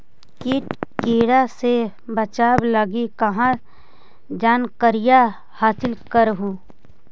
किट किड़ा से बचाब लगी कहा जानकारीया हासिल कर हू?